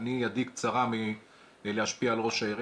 ידי קצרה מלהשפיע על ראש העיר.